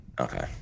Okay